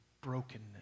brokenness